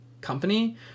company